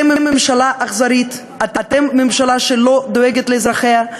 אתם ממשלה אכזרית, אתם ממשלה שלא דואגת לאזרחיה.